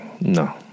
No